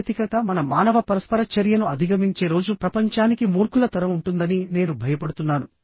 సాంకేతికత మన మానవ పరస్పర చర్యను అధిగమించే రోజు ప్రపంచానికి మూర్ఖుల తరం ఉంటుందని నేను భయపడుతున్నాను